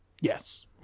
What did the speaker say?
Yes